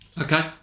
Okay